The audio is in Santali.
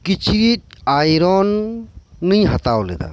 ᱠᱤᱪᱨᱤᱡᱽ ᱟᱭᱨᱚᱱ ᱤᱧ ᱦᱟᱛᱟᱣ ᱞᱮᱫᱟ